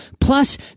Plus